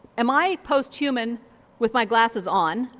am i post-human with my glasses on,